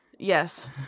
yes